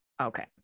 Okay